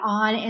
on